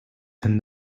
and